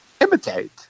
imitate